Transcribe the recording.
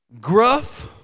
gruff